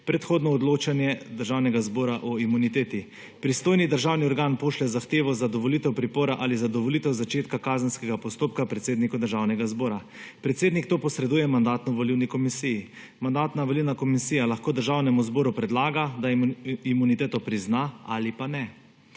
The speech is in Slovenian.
predhodno odločanje Državnega zbora o imuniteti. Pristojni državni organ pošlje zahtevo za dovolitev pripora ali za dovolitev začetka kazenskega postopka predsedniku Državnega zbora. Predsednik to posreduje Mandatno-volilni komisiji. Mandatno-volilna komisija lahko Državnemu zboru predlaga, da imuniteto prizna ali pa ne.